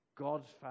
God's